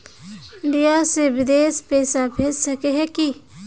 India से बिदेश पैसा भेज सके है की?